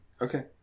Okay